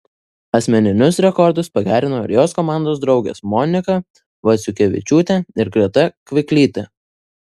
asmeninius rekordus pagerino ir jos komandos draugės monika vaiciukevičiūtė ir greta kviklytė